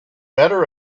better